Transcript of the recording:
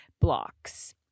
blocks